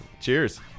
cheers